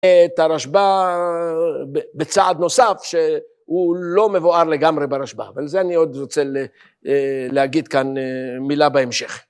את הרשב"א בצעד נוסף שהוא לא מבואר לגמרי ברשב"א, ועל זה אני עוד רוצה להגיד כאן מילה בהמשך.